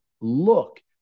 Look